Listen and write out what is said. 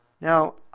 Now